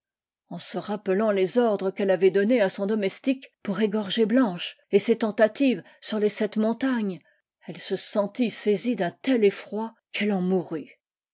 en se rappelant les ordres qu'elle avait donnés à son domestiqui pour égorger blanche et ses tentatives sur les sept montagnes elle se sentit saisie d'un tel cufoi qu'elle en mourut